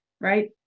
right